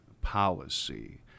policy